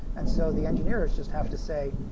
and so the engineers just have to say,